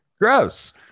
gross